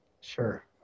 Sure